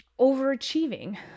overachieving